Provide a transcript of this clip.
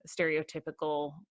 stereotypical